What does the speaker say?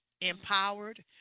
empowered